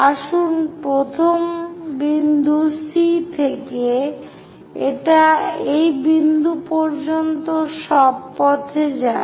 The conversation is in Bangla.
আসুন প্রথম বিন্দু C থেকে এটা এই বিন্দু পর্যন্ত সব পথে যায়